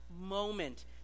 moment